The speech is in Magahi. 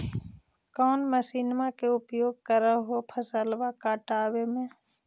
कौन मसिंनमा के उपयोग कर हो फसलबा काटबे में?